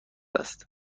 است